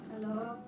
Hello